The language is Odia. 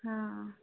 ହଁ